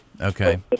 okay